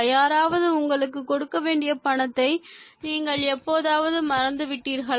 யாராவது உங்களுக்குக் கொடுக்க வேண்டிய பணத்தை நீங்கள் எப்போதாவது மறந்துவிட்டீர்களா